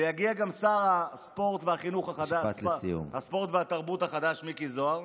יגיע גם שר הספורט והתרבות החדש מיקי זוהר,